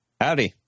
howdy